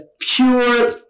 pure